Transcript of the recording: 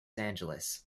angeles